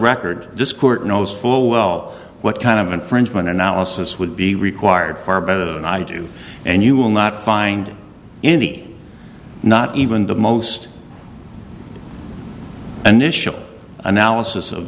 record this court knows full well what kind of infringement analysis would be required far better than i do and you will not find any not even the most initial analysis of